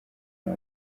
n’u